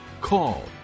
call